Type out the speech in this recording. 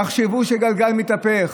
תחשבו שגלגל מתהפך,